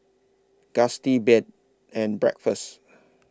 Gusti Bed and Breakfast